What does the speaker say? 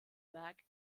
werk